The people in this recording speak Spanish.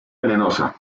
venenosa